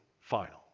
final